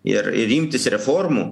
ir ir imtis reformų